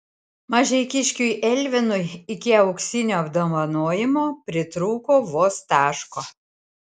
mažeikiškiui elvinui iki auksinio apdovanojimo pritrūko vos taško